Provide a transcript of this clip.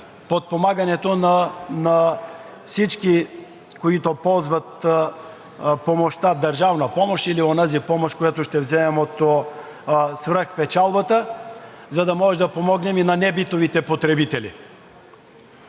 подпомагането на всички, които ползват държавна помощ или онази помощ, която ще вземем от свръхпечалбата, за да можем да помогнем и на небитовите потребители.